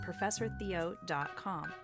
ProfessorTheo.com